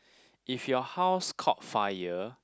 if your house caught fire